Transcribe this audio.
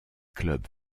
club